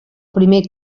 primer